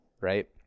right